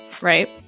right